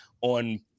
on